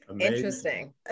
Interesting